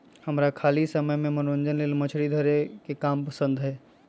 हमरा खाली समय में मनोरंजन लेल मछरी धरे के काम पसिन्न हय